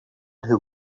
who